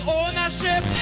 ownership